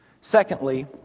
Secondly